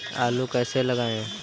आलू कैसे लगाएँ?